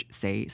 say